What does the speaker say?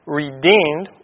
redeemed